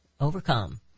overcome